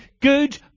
good